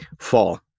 fall